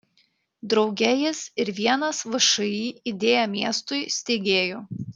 drauge jis ir vienas všį idėja miestui steigėjų